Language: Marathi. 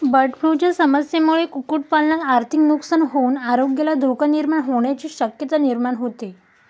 बर्डफ्लूच्या समस्येमुळे कुक्कुटपालनात आर्थिक नुकसान होऊन आरोग्याला धोका निर्माण होण्याची शक्यता निर्माण होते